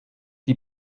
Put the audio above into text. die